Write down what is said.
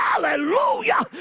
Hallelujah